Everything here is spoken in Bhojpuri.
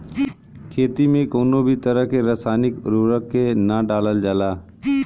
खेती में कउनो भी तरह के रासायनिक उर्वरक के ना डालल जाला